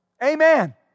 Amen